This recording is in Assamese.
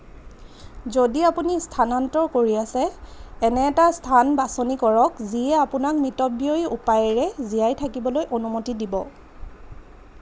যদি আপুনি স্থানান্তৰ কৰি আছে এনে এটা স্থান বাছনি কৰক যিয়ে আপোনাক মিতব্যয়ী উপায়েৰে জীয়াই থাকিবলৈ অনুমতি দিব